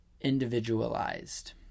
individualized